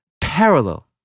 parallel